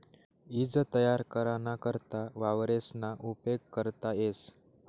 ईज तयार कराना करता वावरेसना उपेग करता येस